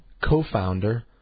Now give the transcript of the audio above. co-founder